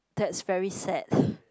that's very sad